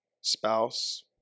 spouse